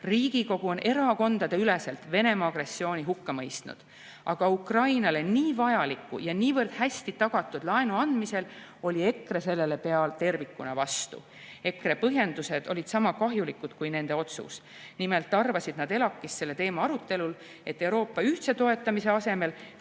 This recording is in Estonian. Riigikogu on erakondadeüleselt Venemaa agressiooni hukka mõistnud. Aga Ukrainale nii vajaliku ja niivõrd hästi tagatud laenu andmisele oli EKRE pea tervikuna vastu. EKRE põhjendused olid sama kahjulikud kui nende otsus. Nimelt arvasid nad ELAK-is selle teema arutelul, et Euroopa ühtse toetamise asemel